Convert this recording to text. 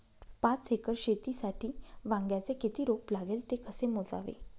पाच एकर शेतीसाठी वांग्याचे किती रोप लागेल? ते कसे मोजावे?